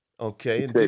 Okay